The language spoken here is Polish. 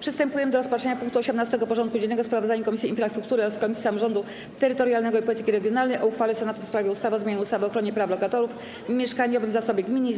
Przystępujemy do rozpatrzenia punktu 18. porządku dziennego: Sprawozdanie Komisji Infrastruktury oraz Komisji Samorządu Terytorialnego i Polityki Regionalnej o uchwale Senatu w sprawie ustawy o zmianie ustawy o ochronie praw lokatorów, mieszkaniowym zasobie gminy i